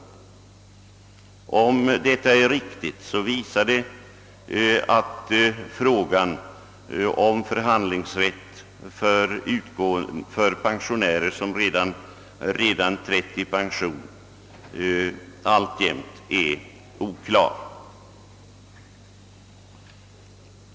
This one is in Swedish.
I den mån detta är riktigt, visar det att frågan om förhandlingsrätt för pensionsta gare, som redan trätt i pension, alltjämt är oklar.